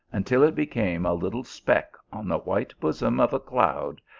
until it be came a little speck on the white bonom of a cloud,